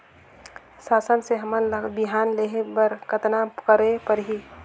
शासन से हमन ला बिहान लेहे बर कतना करे परही?